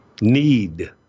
Need